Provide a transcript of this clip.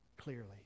Clearly